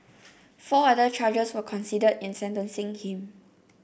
four other charges were considered in sentencing him